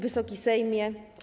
Wysoki Sejmie!